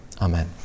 Amen